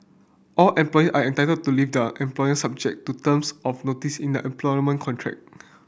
all employee are entitled to leave their employer subject to terms of notice in their employment contract